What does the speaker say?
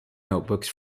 notebooks